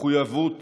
מחויבות